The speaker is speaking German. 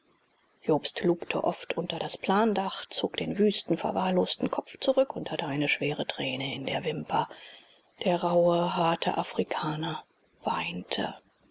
jobst lugte oft unter das plandach zog den wüsten verwahrlosten kopf zurück und hatte eine schwere träne in der wimper der rauhe harte afrikaner weinte